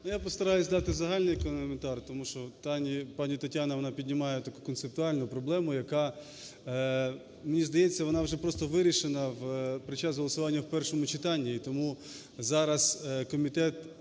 Я постараюсь дати загальний коментар, тому що пані Тетяна, вона віднімає таку концептуальну проблему, яка, мені здається, вона вже просто вирішена під час голосування в першому читанні. І тому зараз комітет